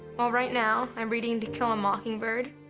well right now i'm reading to kill a mockingbird.